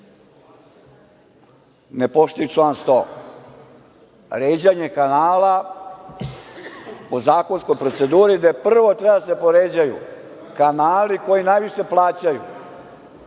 ne poštuju član 100. – ređanje kanala po zakonskoj proceduri, gde prvo treba da se poređaju kanali koji najviše plaćaju,